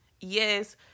yes